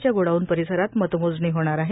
च्या गोडाऊन परिसरात मत मोजणी होणार आहेत